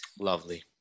Lovely